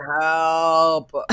help